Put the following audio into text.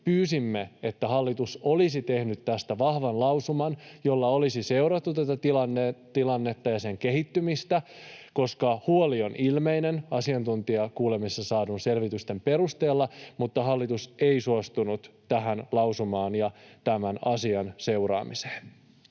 Pyysimme, että hallitus olisi tehnyt tästä vahvan lausuman, jolla olisi seurattu tätä tilannetta ja sen kehittymistä, koska huoli on ilmeinen asiantuntijakuulemisessa saatujen selvitysten perusteella, mutta hallitus ei suostunut tähän lausumaan ja tämän asian seuraamiseen.